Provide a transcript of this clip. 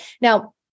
Now